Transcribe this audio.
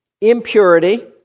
impurity